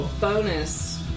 bonus